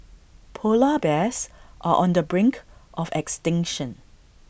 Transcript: Polar Bears are on the brink of extinction